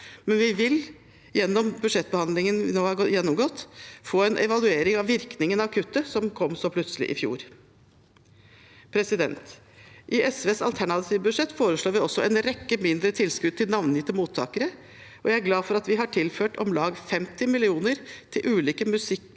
men vi vil gjennom budsjettbehandlingen vi nå har gjennomgått, få en evaluering av virkningen av kuttet som kom så plutselig i fjor. I SVs alternative budsjett foreslås det også en rekke mindre tilskudd til navngitte mottagere. Jeg er glad for at vi har tilført om lag 50 mill. kr til ulike museer,